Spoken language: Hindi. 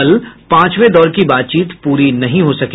कल पांचवें दौर की बातचीत पूरी नहीं हो सकी